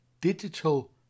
digital